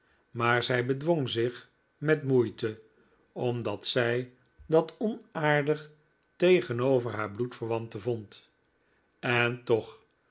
maar zij bedwong zich met moeite omdat zij dat onaardig tegenover haar bloedverwante vond en toch